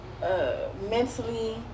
Mentally